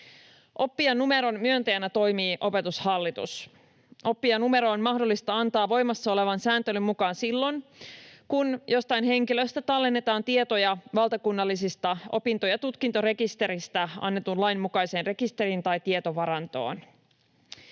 Oppijanumeron myöntäjänä toimii Opetushallitus. Oppijanumero on mahdollista antaa voimassa olevan sääntelyn mukaan silloin, kun jostain henkilöstä tallennetaan tietoja valtakunnallisista opinto- ja tutkintorekisteristä annetun lain mukaiseen rekisteriin tai tietovarantoon.